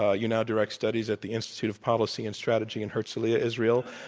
ah you now direct studies at the institute of policy and strategy in herzliya, israel.